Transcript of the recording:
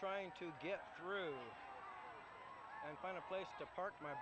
trying to get through and find a place to park my